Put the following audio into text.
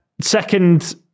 Second